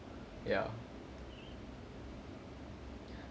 ya